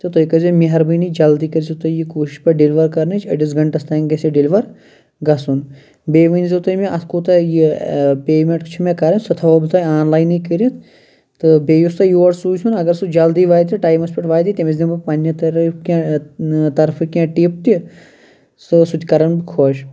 تہٕ تُہۍ کٔر زیٚو مِہربٲنی جلدی کٔر زیٚو تُہۍ یہِ کوٗشِش پتہٕ ڈیٚلوَر کَرنٕچ أڑِس گَنٛٹَس تانۍ گَژھِ یہِ ڈیٚلور گَژھُن بیٚیہِ ؤنۍ زیٚو تُہی مےٚ اَتھ کوٗتاہ یہِ پیمیٚنٛٹ چھِ مےٚ کَرٕنۍ سۄ تھاوہو بہٕ تۄہہِ آن لایِنٕے کٔرِتھ تہٕ بیٚیہِ یُس تُہۍ یور سوٗزہون اگر سُہ جلدی واتہِ ٹایِمَس پٮ۪ٹھ واتہِ تٔمِس دِمہٕ بہٕ پَننہِ طرف کینٛہہ طرفہٕ کینٛہہ ٹِپ تہِ سُہ سُہ تہِ کَرَن بہٕ خۄش